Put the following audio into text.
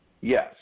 Yes